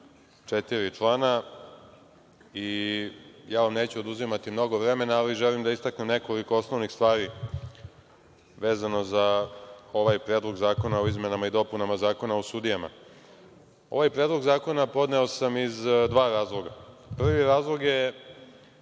četiri člana, i neću vam oduzimati mnogo vremena, ali želim da istaknem nekoliko osnovnih stvari, vezano za ovaj Predlog zakona o izmenama i dopunama Zakona o sudijama. Ovaj predlog zakona podneo sam iz dva razloga. Prvi razlog je